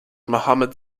mohammad